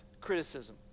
criticism